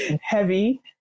heavy